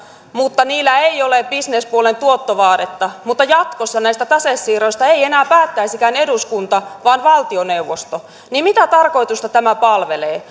mutta niillä ei ole bisnespuolen tuottovaadetta mutta jatkossa näistä tasesiirroista ei enää päättäisikään eduskunta vaan valtioneuvosto mitä tarkoitusta tämä palvelee